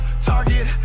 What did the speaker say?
target